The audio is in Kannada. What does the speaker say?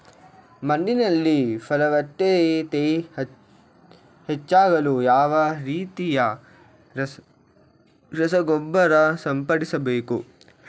ಮಣ್ಣಿನಲ್ಲಿ ಫಲವತ್ತತೆ ಹೆಚ್ಚಾಗಲು ಯಾವ ರೀತಿಯ ರಸಗೊಬ್ಬರ ಸಿಂಪಡಿಸಬೇಕು?